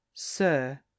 Sir